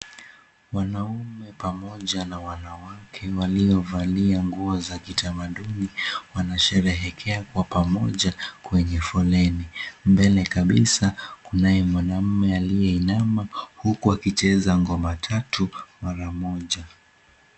Wanaume pamoja na wanawake waliovalia nguo za kitamaduni wanasherehekea kwa pamoja kwenye foleni. Mbele kabisa kunaye mwanaume aliyeinama huku akicheza ngoma tatu mara Moja.